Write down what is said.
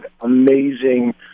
amazing